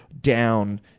down